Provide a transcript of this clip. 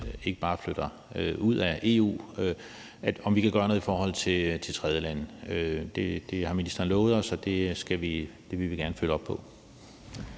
ikke bare flytter ud af EU, og om vi kan gøre noget i forhold til tredjelande. Det har ministeren lovet os, og det vil vi gerne følge op på.